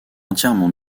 entièrement